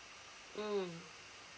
mm